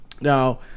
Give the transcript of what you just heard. Now